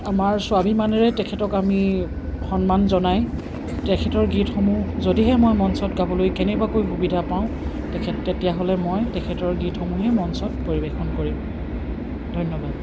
আমাৰ স্বাভিমানেৰে তেখেতক আমি সন্মান জনাই তেখেতৰ গীতসমূহ যদিহে মই মঞ্চত গাবলৈ কেনেবাকৈ সুবিধা পাওঁ তেখেত তেতিয়াহ'লে মই তেখেতৰ গীতসমূহেই মঞ্চত পৰিৱেশন কৰিম ধন্যবাদ